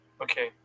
Okay